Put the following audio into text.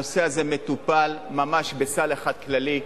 הנושא הזה מטופל ממש בסל אחד כללי,